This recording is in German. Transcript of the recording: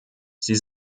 sie